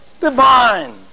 Divine